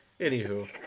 Anywho